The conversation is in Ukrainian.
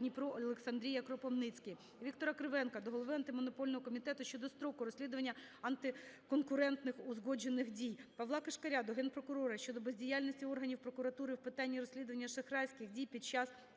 Дніпро-Олександрія-Кропивницький. Віктора Кривенка до голови Антимонопольного комітету щодо строку розслідування антиконкурентних узгоджених дій. Павла Кишкаря до Генпрокурора щодо бездіяльності органів прокуратури в питанні розслідування шахрайських дій під час